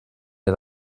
der